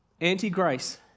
anti-grace